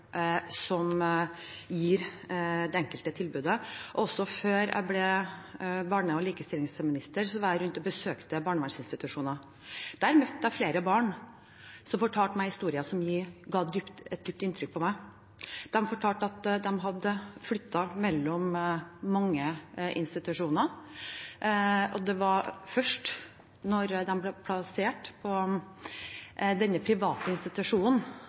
som gir det enkelte tilbudet. Også før jeg ble barne- og likestillingsminister, var jeg rundt og besøkte barnevernsinstitusjoner. Der møtte jeg flere barn som fortalte meg historier som gjorde dypt inntrykk på meg. De fortalte at de hadde flyttet mellom mange institusjoner, og at det var først da de ble plassert på denne private institusjonen,